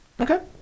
Okay